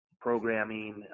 programming